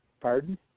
Pardon